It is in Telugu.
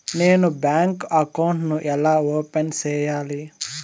నేను బ్యాంకు అకౌంట్ ను ఎలా ఓపెన్ సేయాలి?